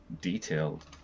detailed